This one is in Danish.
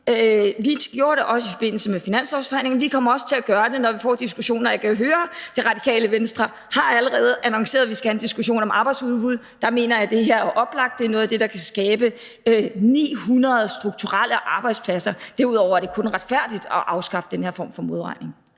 gjorde det i forbindelse med finanslovsforhandlingen, og vi kommer også til at gøre det, når vi får diskussionen, og jeg kan høre, at Det Radikale Venstre allerede har annonceret det, om arbejdsudbud. Der mener jeg, at det her er oplagt – det er noget af det, der kan skabe 900 strukturelle arbejdspladser. Og derudover er det kun retfærdigt at afskaffe den her form for modregning.